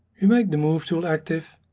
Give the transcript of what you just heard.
we make the move tool active